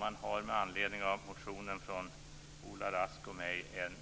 Man har med anledning av en motion av Ola Rask och mig själv